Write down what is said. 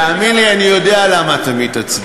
תאמין לי, אני יודע למה אתה מתעצבן.